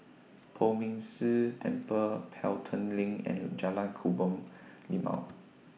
Poh Ming Tse Temple Pelton LINK and Jalan Kebun Limau